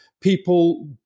people